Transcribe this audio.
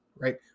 right